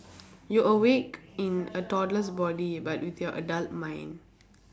you awake in a toddler's body but with your adult mind